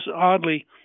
oddly